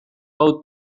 hau